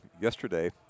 yesterday